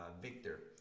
Victor